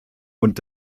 und